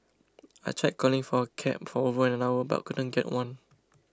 I tried calling for a cab for over an hour but couldn't get one